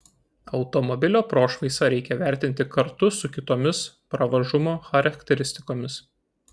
automobilio prošvaisą reikia vertinti kartu su kitomis pravažumo charakteristikomis